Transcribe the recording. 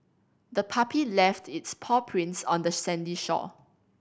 the puppy left its paw prints on the sandy shore